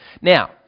Now